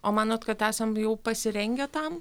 o manot kad esam jau pasirengę tam